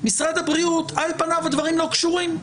משרד הבריאות, על פניו הדברים לא קשורים,